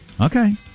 okay